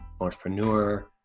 Entrepreneur